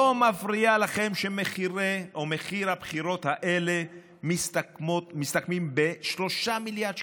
לא מפריע לכם שמחיר הבחירות האלה מסתכם ב-3 מיליארד שקלים?